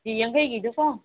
ꯀꯦ ꯖꯤ ꯌꯥꯡꯈꯩꯒꯤꯗꯨꯀꯣ